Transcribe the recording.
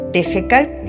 difficult